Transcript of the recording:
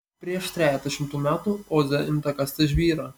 prieš trejetą šimtų metų oze imta kasti žvyrą